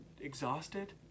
exhausted